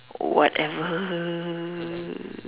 whatever